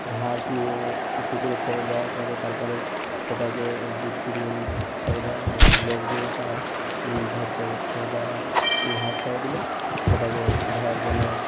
হাঁস নিয়ে পুকুরে ছেড়ে দেওয়ার পরে তারপরে সেটাকে দু তিনজন ছেড়ে দেওয়া হয় লোক নিয়ে তারা ধরতে ছেড়ে দেওয়া হয় হাঁস ছেড়ে দিলে সেটাকে ধরার জন্য